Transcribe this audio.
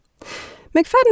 McFadden